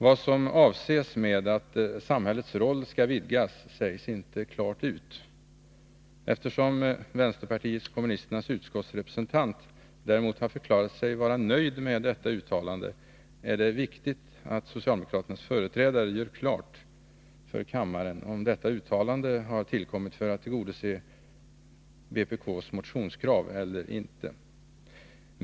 Vad som avses med ”att samhällets roll skall vidgas” sägs inte klart ut. Eftersom vänsterpartiet kommunisternas utskottsrepresentant förklarat sig nöjd med detta uttalande, är det viktigt att socialdemokraternas företrädare gör klart för kammaren om detta uttalande har tillkommit för att tillgodose vpk:s motionskrav eller ej.